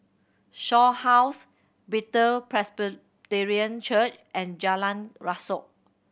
Shaw House Bethel Presbyterian Church and Jalan Rasok